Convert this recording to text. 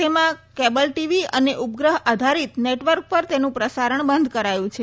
તમા cable TV અને ઉપગ્રહ આધારિત નેટવર્ક પર તેનું પ્રસારણ બંધ કરાયું છે